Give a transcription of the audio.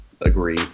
agree